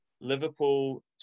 Liverpool